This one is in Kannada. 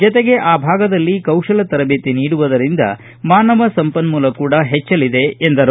ಜೊತೆಗೆ ಆ ಭಾಗದಲ್ಲಿ ಕೌಶಲ್ಯ ತರದೇತಿ ನೀಡುವುದರಿಂದ ಮಾನವ ಸಂಪನ್ನೂಲ ಕೂಡ ಹೆಚ್ಚಲಿದೆ ಎಂದು ಹೇಳಿದರು